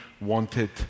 wanted